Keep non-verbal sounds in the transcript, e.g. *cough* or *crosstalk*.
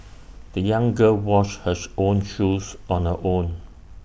the young girl washed her *unintelligible* own shoes on her own